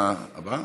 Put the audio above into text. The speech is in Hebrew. שניות?